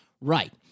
Right